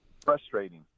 Frustrating